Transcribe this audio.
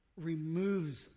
removes